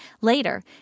later